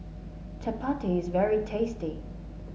Chappati is very tasty